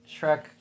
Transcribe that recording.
Shrek